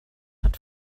hat